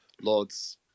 lord's